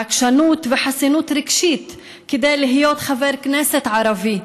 עקשנות וחסינות רגשית כדי להיות חבר כנסת ערבי,